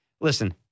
Listen